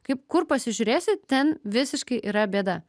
kaip kur pasižiūrėsi ten visiškai yra bėda